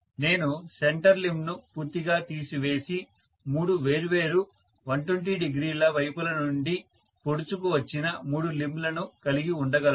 నేను సెంటర్ లింబ్ను పూర్తిగా తీసివేసి మూడు వేర్వేరు 1200 వైపుల నుండి వచ్చిన మూడు లింబ్ లను కలిగి ఉండగలను